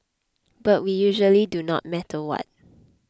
but we usually do no matter what